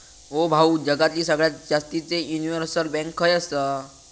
ओ भाऊ, जगातली सगळ्यात जास्तीचे युनिव्हर्सल बँक खय आसा